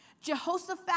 Jehoshaphat